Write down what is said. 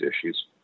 issues